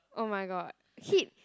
oh-my-god hit